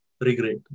regret